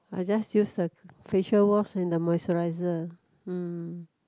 I just use the facial wash and the moisturiser mm